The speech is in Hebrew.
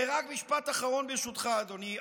משפט אחרון, ברשותך, אדוני.